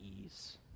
ease